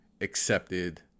accepted